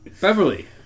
Beverly